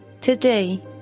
Today